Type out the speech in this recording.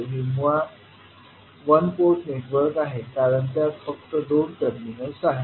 हे मुळात one port network आहे कारण त्यात फक्त दोन टर्मिनल्स आहेत